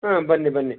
ಹಾಂ ಬನ್ನಿ ಬನ್ನಿ